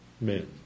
men